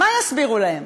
מה יסבירו להם,